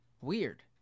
weird